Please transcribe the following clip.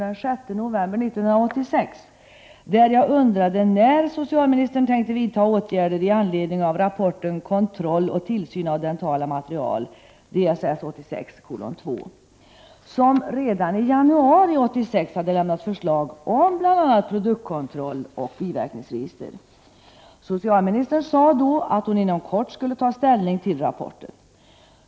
Denna avlämnade redan i januari 1986 ett förslag om bl.a. produktkontroll och biverkningsregister. Socialministern sade att hon inom kort skulle ta ställning till rapporten.